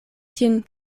tiun